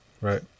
Right